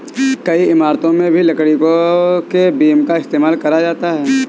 कई इमारतों में भी लकड़ी के बीम का इस्तेमाल करा जाता है